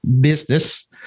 business